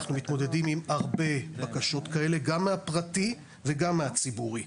אנחנו מתמודדים עם הרבה בקשות כאלה גם מהפרטי וגם מהציבורי.